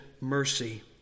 mercy